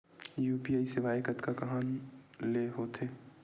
UPI सेवाएं कतका कान ले हो थे?